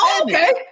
Okay